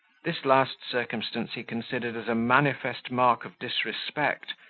this last circumstance he considered as a manifest mark of disrespect,